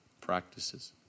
practices